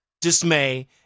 dismay